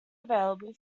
available